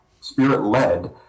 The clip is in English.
spirit-led